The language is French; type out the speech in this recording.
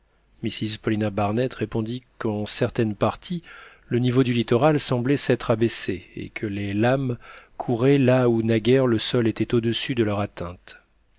mrs paulina barnett répondit qu'en certaines parties le niveau du littoral semblait s'être abaissé et que les lames couraient là où naguère le sol était au-dessus de leur atteinte